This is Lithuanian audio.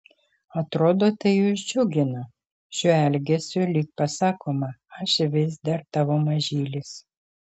atrodo tai juos džiugina šiuo elgesiu lyg pasakoma aš vis dar tavo mažylis